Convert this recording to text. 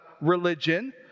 religion